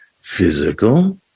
physical